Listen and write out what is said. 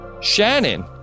Shannon